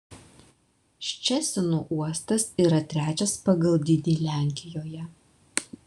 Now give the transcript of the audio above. ščecino uostas yra trečias pagal dydį lenkijoje